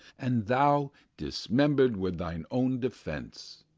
and thou dismember'd with thine own defence.